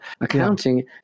accounting